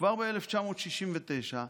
כבר ב-1969,